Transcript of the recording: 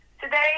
today